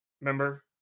Remember